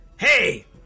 Hey